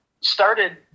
started